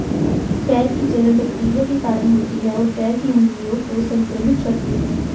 पैर की जलन बैक्टीरिया के कारण होती है, और पैर की उंगलियों को संक्रमित करती है